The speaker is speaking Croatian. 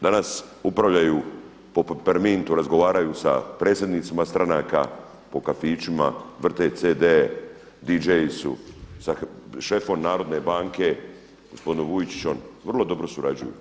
Danas upravljaju po Pepermintu, razgovaraju sa predsjednicima stranaka, po kafićima, vrte CD-e, DJ su sa šefom Narodne banke, gospodinom Vujčićem vrlo dobro surađuju.